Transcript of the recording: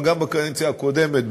אבל גם בקדנציה הקודמת,